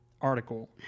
article